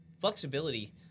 flexibility